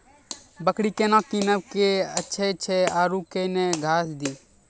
बकरी केना कीनब केअचछ छ औरू के न घास दी?